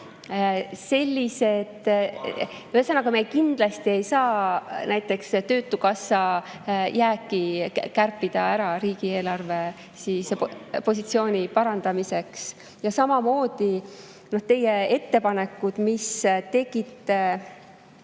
saalis.) Ühesõnaga, me kindlasti ei saa näiteks Töötukassa jääki ära kärpida riigieelarve positsiooni parandamiseks. Samamoodi teie ettepanekud, mis te tegite